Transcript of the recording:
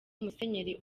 musenyeri